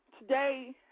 Today